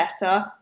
better